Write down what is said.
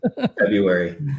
February